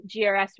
GRS